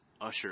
Usher